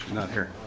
not here.